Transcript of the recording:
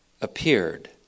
appeared